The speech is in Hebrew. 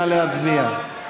נא להצביע.